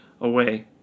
away